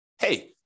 hey